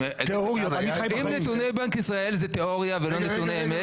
אם נתוני בנק ישראל זה תיאוריה ולא נתוני אמת,